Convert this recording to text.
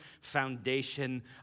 foundation